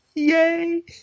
Yay